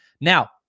Now